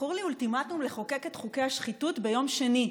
זכור לי אולטימטום לחוקק את חוקי השחיתות ביום שני.